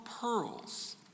pearls